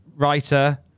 Writer